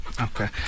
Okay